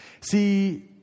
See